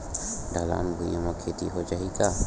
ढलान भुइयां म खेती हो जाही का?